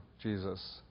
Jesus